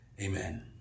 amen